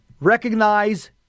recognize